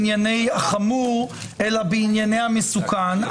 הוא לא עסק בענייני חומרה אלא בענייני המסוכן.